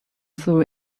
through